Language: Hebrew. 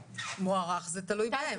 מוארך זה תלוי בהם.